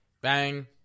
Bang